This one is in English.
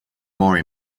more